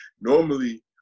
normally